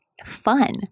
fun